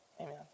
Amen